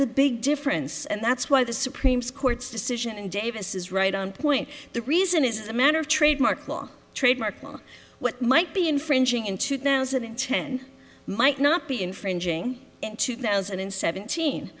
the big difference and that's why the supreme court's decision and davis is right on point the reason is a matter of trademark law trademark law what might be infringing in two thousand and ten might not be infringing in two thousand and seventeen